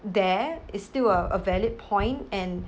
there is still a valid point and